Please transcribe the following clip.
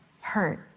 hurt